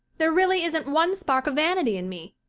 there really isn't one spark of vanity in me.